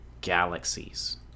galaxies